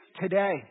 today